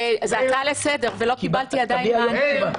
-- זו הצעה לסדר, ולא קיבלתי עדיין תשובה.